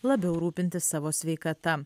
labiau rūpintis savo sveikata